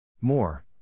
More